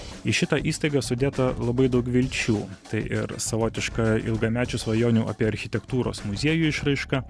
į šitą įstaigą sudėta labai daug vilčių tai ir savotiška ilgamečių svajonių apie architektūros muziejų išraiška